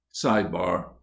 sidebar